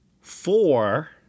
four